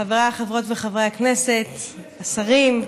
חבריי חברות וחברי הכנסת, השרים,